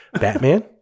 Batman